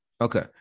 Okay